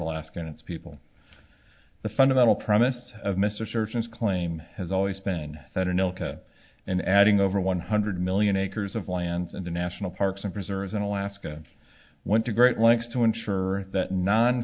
alaska and its people the fundamental premise of mr church's claim has always been that anelka in adding over one hundred million acres of lands in the national parks and reserves in alaska went to great lengths to ensure that non